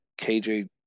KJ